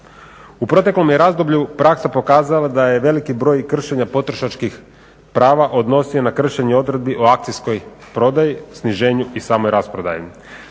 U proteklom je razdoblju praksa pokazala da se je veliki broj kršenja potrošačkih prava odnosio na kršenje odredbi o akcijskoj prodaji, sniženju i samoj rasprodaji.